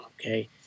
Okay